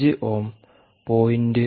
5 ഓം 0